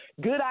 Good